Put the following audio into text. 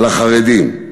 על החרדים.